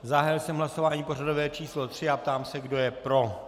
Zahájil jsem hlasování pořadové číslo 3 a ptám se, kdo je pro.